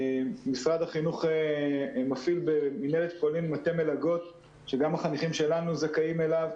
משרד החינוך מפעיל במינהלת פולין מטה מלגות שגם החניכים שלנו זכאים לו.